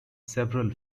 several